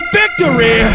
victory